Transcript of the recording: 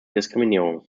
diskriminierung